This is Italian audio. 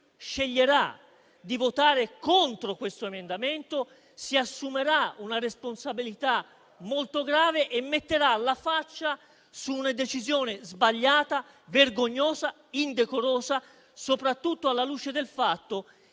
sceglierà di votare contro questo emendamento si assumerà una responsabilità molto grave e metterà la faccia su una decisione sbagliata, vergognosa, indecorosa, soprattutto alla luce del fatto che